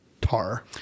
Tar